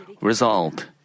resolved